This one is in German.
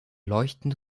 leuchtend